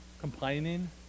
Complaining